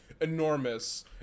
enormous